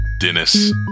Dennis